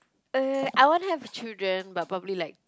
uh I want to have children but probably like